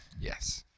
Yes